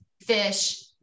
fish